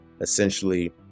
essentially